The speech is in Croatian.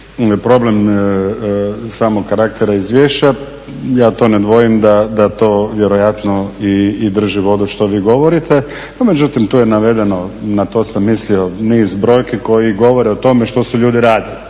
problem samog karaktera izvješća ja to ne dvojim da to vjerojatno i drži vodu što vi govorite. No međutim tu je navedeno na to sam mislio niz brojki koje govore o tome što su ljudi radili,